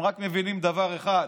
הם מבינים רק דבר אחד: